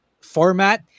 format